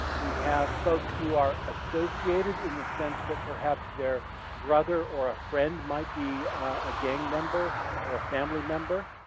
we have folks who are associated in the sense that perhaps their brother or a friend might be a gang member or a family member,